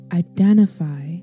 identify